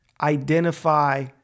identify